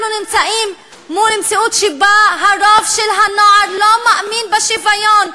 אנחנו נמצאים מול מציאות שבה רוב הנוער לא מאמין בשוויון,